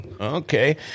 Okay